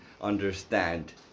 understand